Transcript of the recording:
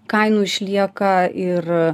kainų išlieka ir